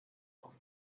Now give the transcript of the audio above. off